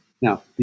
now